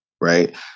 right